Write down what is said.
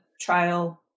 trial